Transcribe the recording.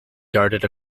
darted